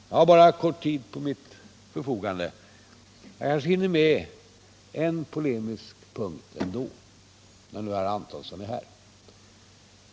Jag har bara kort tid till mitt förfogande, men jag kanske hinner med en polemisk punkt ändå, när nu herr Antonsson är här.